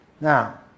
Now